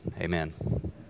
Amen